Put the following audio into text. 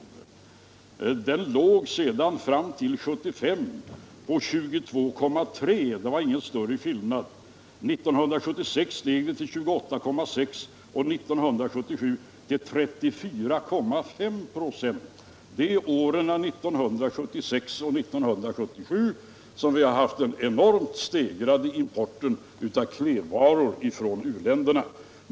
Den importen låg sedan fram till — rådet 1975 på 22,3 96; det var ingen större skillnad. År 1976 steg den till 28,6 och 1977 till 34,5 96. Det är åren 1976 och 1977 som vi har haft en enormt stegrad import av klädvaror från u-länderna.